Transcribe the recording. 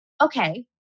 Okay